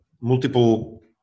multiple